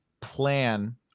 plan